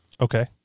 Okay